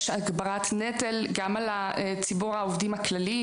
יש הגברת נטל גם על ציבור העובדים הכללי,